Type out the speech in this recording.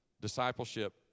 Discipleship